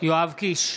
יואב קיש,